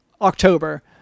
October